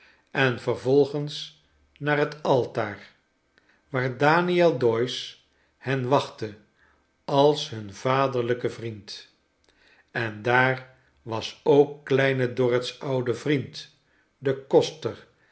en vervolgens naar het altaar waar daniel doyce hen wachtte als hun vaderlijke vriend en daar was ook kleine dorrit's oude vriend de koster